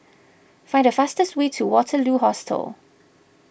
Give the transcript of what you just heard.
find the fastest way to Waterloo Hostel